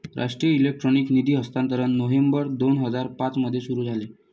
राष्ट्रीय इलेक्ट्रॉनिक निधी हस्तांतरण नोव्हेंबर दोन हजार पाँच मध्ये सुरू झाले